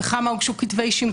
בכמה הוגשו כתבי אישום,